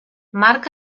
marc